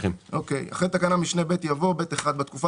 אחרי תקנת משנה (ב) יבוא: "(ב1) בתקופה